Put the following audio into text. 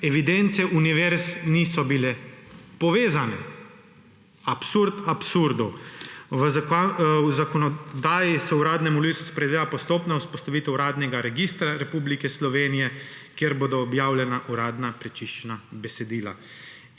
evidence univerz niso bile povezane. Absurd absurdov! V zakonodaji se v Uradnem listu predvideva postopna vzpostavitev uradnega registra Republike Slovenije, kjer bodo objavljena uradna prečiščena besedila.